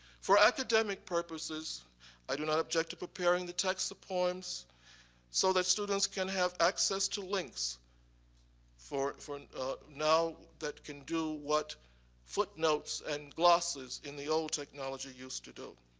for academic purposes i do not object to preparing the text of poems so that students can have access to links for for now that can do what footnotes and glosses in the old technology used to do.